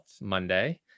Monday